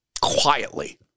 Quietly